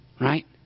right